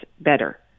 better